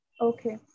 Okay